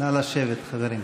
נא לשבת, חברים.